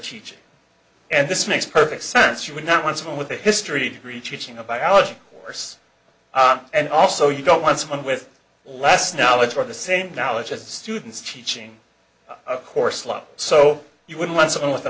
teaching and this makes perfect sense you would not want someone with a history degree teaching a biology course and also you don't want someone with less knowledge or the same knowledge as the students teaching a course lot so you would let someone with a